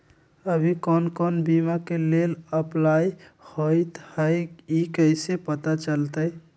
अभी कौन कौन बीमा के लेल अपलाइ होईत हई ई कईसे पता चलतई?